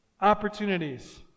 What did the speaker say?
opportunities